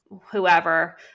whoever